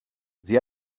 sie